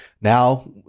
Now